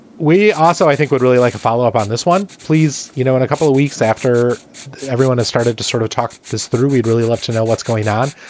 we also, i think, would really like a follow up on this one, please. you know, in a couple of weeks after everyone has started to sort of talk this through, we'd really love to know what's going on.